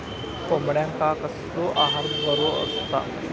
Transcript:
कोंबड्यांका कसलो आहार बरो असता?